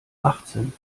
achtzehn